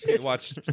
Watch